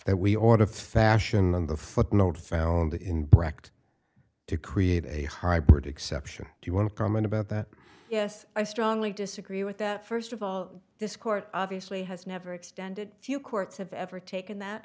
that we ought to fashion on the footnote found in brecht to create a hybrid exception do you want to comment about that yes i strongly disagree with that first of all this court obviously has never extended few courts have ever taken that